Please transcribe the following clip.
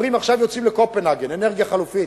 עכשיו יוצאים לקופנהגן, אנרגיה חלופית